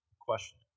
question